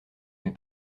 mes